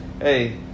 Hey